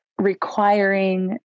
requiring